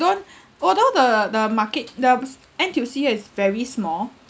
although although the the market the um N_T_U_C here is very small